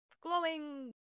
glowing